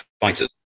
fighters